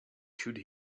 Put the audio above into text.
should